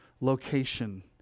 location